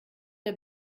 der